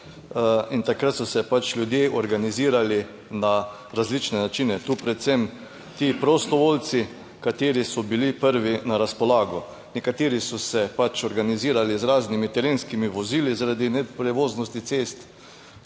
in takrat so se pač ljudje organizirali na različne načine, tu predvsem ti prostovoljci, kateri so bili prvi na razpolago. Nekateri so se pač organizirali z raznimi terenskimi vozili zaradi neprevoznosti cest,